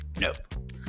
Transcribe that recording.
Nope